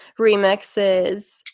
remixes